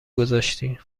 گذاشتی